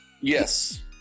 yes